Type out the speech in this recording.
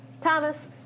Thomas